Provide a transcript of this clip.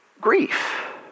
grief